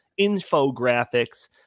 infographics